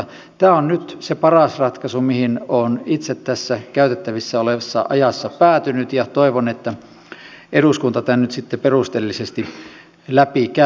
tämä on nyt se paras ratkaisu mihin olen itse tässä käytettävissä olevassa ajassa päätynyt ja toivon että eduskunta tämän nyt sitten perusteellisesti läpi käy